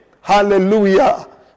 Hallelujah